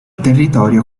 territorio